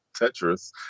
Tetris